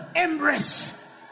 embrace